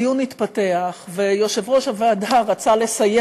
הדיון התפתח ויושב-ראש הוועדה רצה לסיים